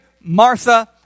Martha